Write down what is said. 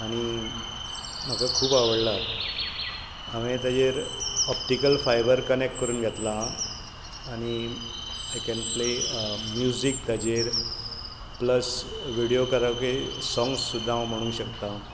आनी म्हाका खूब आवडला हांवें ताचेर ऑपटीकल फायबर कनॅक्ट करून घेतलां आनी आय कॅन प्ले म्युजीक ताचेर प्लस व्हिडीयो केरेओके सॉंग्स सुद्दां हांव म्हणूंक शकता